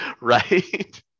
Right